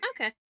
Okay